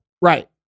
right